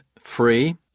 free